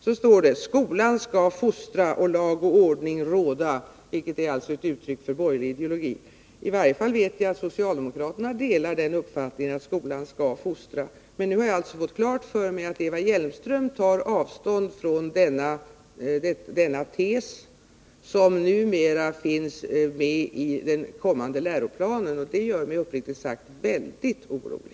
Så står det: ”Skolan skall fostra och lag och ordning råda”, vilket alltså är ett uttryck för borgerlig ideologi. I varje fall vet jag att socialdemokraterna delar den uppfattningen att skolan skall fostra. Men då har jag alltså fått klart för mig att Eva Hjelmström tar avstånd från denna tes, som numera finns med i den kommande läroplanen, och detta gör mig uppriktigt sagt mycket orolig.